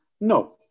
No